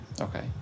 okay